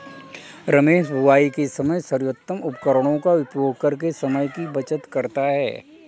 रमेश बुवाई के समय सर्वोत्तम उपकरणों का उपयोग करके समय की बचत करता है